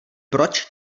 proč